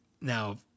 now